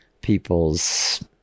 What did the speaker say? people's